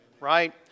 right